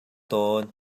tawn